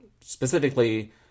specifically